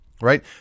right